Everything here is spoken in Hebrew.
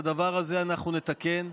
את הדבר הזה אנחנו נתקן.